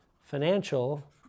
financial